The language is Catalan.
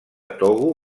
togo